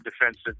defensive